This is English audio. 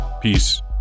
Peace